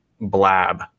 Blab